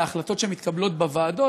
להחלטות שמתקבלות בוועדות.